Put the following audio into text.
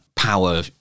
power